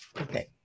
okay